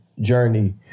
journey